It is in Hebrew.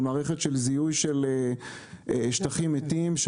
הנושא של מערכת זיהוי שטחים מתים,